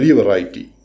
variety